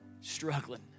Struggling